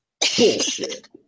bullshit